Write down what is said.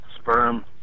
sperm